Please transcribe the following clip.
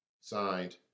Signed